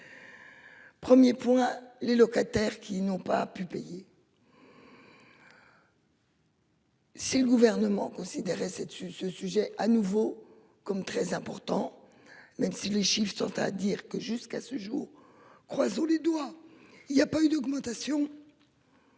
1er point les locataires qui n'ont pas pu pays. Si le gouvernement considéré cette sur ce sujet à nouveau comme très important même si les chiffres sont à dire que jusqu'à ce jour. Croisons les doigts. Il y a pas eu d'augmentation.